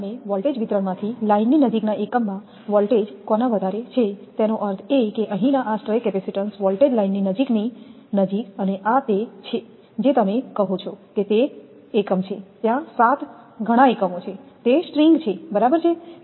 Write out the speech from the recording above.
પરિણામે વોલ્ટેજ વિતરણમાંથી લાઇન ની નજીકના એકમમાં વોલ્ટેજ કોના વધારે છે તેનો અર્થ એ કે અહીંના આ સ્ટ્રે કેપેસિટીન્સ વોલ્ટેજ લાઇન ની નજીકની નજીક અને આ તે છે જે તમે કહો છો કે તે એકમ છે ત્યાં સાત ઘણા એકમો છે તે સ્ટ્રિંગ છે બરાબર છે